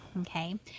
Okay